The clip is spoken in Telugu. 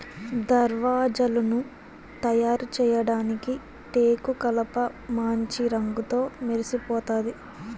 దర్వాజలను తయారుచేయడానికి టేకుకలపమాంచి రంగుతో మెరిసిపోతాది